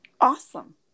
Awesome